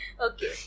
Okay